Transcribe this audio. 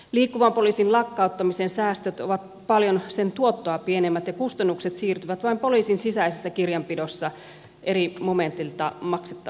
liikkuvan poliisin lakkauttamisen säästöt ovat paljon sen tuottoa pienemmät ja kustannukset siirtyvät vain poliisin sisäisessä kirjanpidossa eri momentilta maksettavaksi